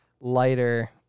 lighter